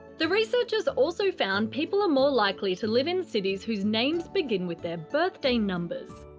the researchers also found people are more likely to live in cities whose names began with their birthday numbers.